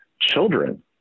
Children